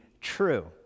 true